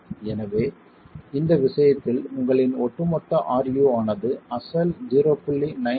எனவே இந்த விஷயத்தில் உங்களின் ஒட்டுமொத்த ru ஆனது அசல் 0